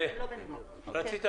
מעניין.